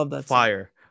fire